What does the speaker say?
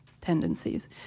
Tendencies